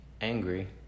angry